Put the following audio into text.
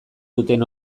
duten